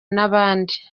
n’abandi